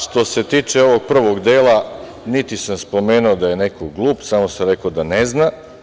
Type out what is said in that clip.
Što se tiče ovog prvog dela, niti sam spomenuo da je neko glup, samo sam rekao da ne zna.